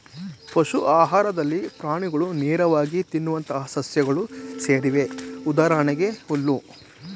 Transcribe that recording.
ಪಶು ಆಹಾರದಲ್ಲಿ ಪ್ರಾಣಿಗಳು ನೇರವಾಗಿ ತಿನ್ನುವಂತಹ ಸಸ್ಯಗಳು ಸೇರಿವೆ ಉದಾಹರಣೆಗೆ ಹುಲ್ಲು